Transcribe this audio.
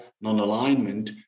non-alignment